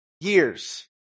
years